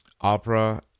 opera